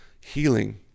healing